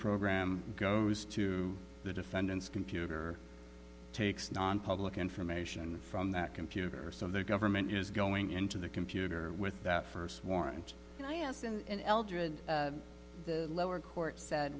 program goes to the defendant's computer takes nonpublic information from that computer so the government is going into the computer with that first warrant and i asked and eldrid the lower court said